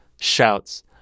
Shouts